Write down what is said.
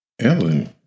Ellen